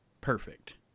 Perfect